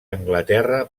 anglaterra